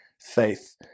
faith